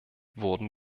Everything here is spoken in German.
wurden